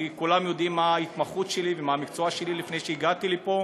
כי כולם יודעים מה ההתמחות שלי ומה היה המקצוע שלי לפני שהגעתי לפה,